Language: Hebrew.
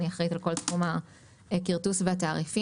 אני אחראית על כל תחום הכרטוס והתעריפים.